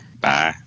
Bye